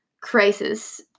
crisis